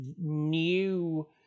new